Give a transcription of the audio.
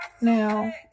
now